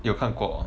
你有看过 ah